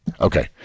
Okay